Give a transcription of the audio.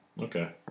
Okay